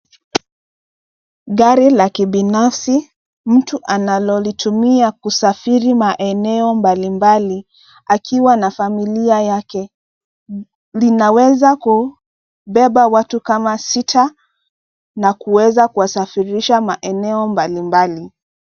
Gari la kibinafsi, mtu analolitumia kusafiri maeneo mbalimbali akiwa na familia yake. Linaweza kubeba watu kama sita na kuweza kuwasafirisha maeneo mbalimbali.